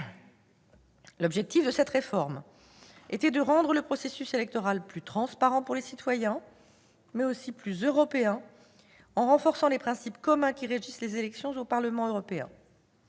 L'objectif de cette réforme était de rendre le processus électoral plus transparent pour les citoyens, mais aussi plus « européen », en renforçant les principes communs qui régissent les élections au Parlement européen.